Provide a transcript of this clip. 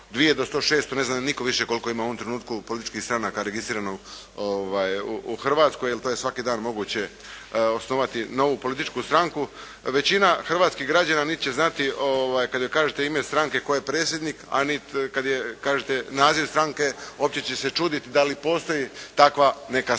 ne zna više nitko koliko ima u ovom trenutku političkih stranaka registrirano u Hrvatskoj. Jer to je svaki dan moguće osnovati novu političku stranku. Većina hrvatskih građana nit će znati kad joj kažete ime stranke tko je predsjednik, a nit kad joj kažete naziv stranke opće će se čuditi da li postoji takva neka stranka.